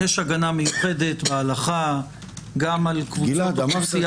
יש הגנה מיוחדת בהלכה גם על קבוצות אוכלוסייה